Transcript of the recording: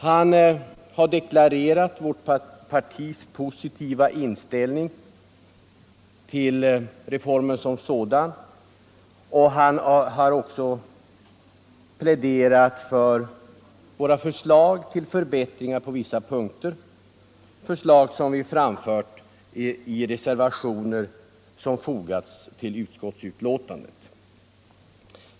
Han har deklarerat vårt partis positiva inställning till reformen som sådan och har också pläderat för våra förslag till förbättringar på vissa punkter — förslag som vi har framfört i reservationer som fogats vid utskottsbetänkandet.